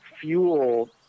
fuel